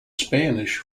spanish